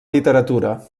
literatura